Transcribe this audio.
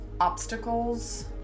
obstacles